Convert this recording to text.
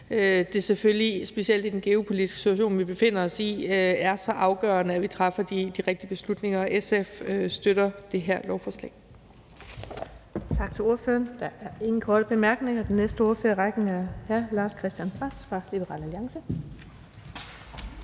at det selvfølgelig specielt i den geopolitiske situation, vi befinder os i, er så afgørende, at vi træffer de rigtige beslutninger. SF støtter det her lovforslag.